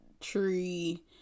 Tree